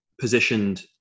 positioned